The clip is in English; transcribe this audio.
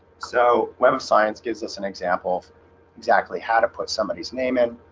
so web of science gives us an example exactly how to put somebody's name in